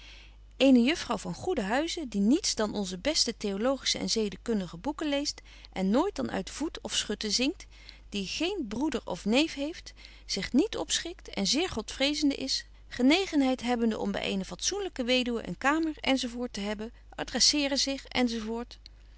eene juffrouw van goeden huize die niets dan onze beste theologische en zedekundige boeken leest en nooit dan uit voet of schutte zingt die geen broeder of neef heeft zich betje wolff en aagje deken historie van mejuffrouw sara burgerhart niet opschikt en zeer godvrezende is genegenheid hebbende om by eene fatsoenlyke weduwe een kamer enz te hebben